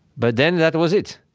but then, that was it.